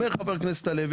אומר חבר הכנסת הלוי,